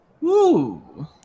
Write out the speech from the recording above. Woo